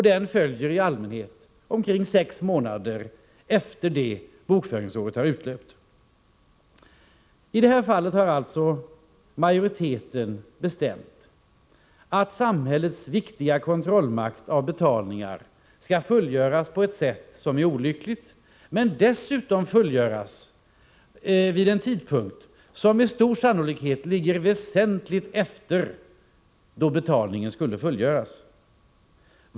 Den följer vanligen omkring sex månader efter det att bokföringsåret har utlöpt. I detta fall har alltså majoriteten föreslagit inte bara att samhällets viktiga kontroll av betalningar skall fullgöras på ett sätt som är olyckligt, utan dessutom att den skall fullgöras vid en tidpunkt som med stor sannolikhet ligger väsentligt efter den då betalningen skulle ha gjorts.